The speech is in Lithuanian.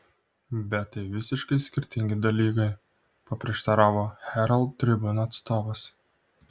bet tai visiškai skirtingi dalykai paprieštaravo herald tribune atstovas